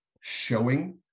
showing